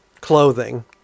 Clothing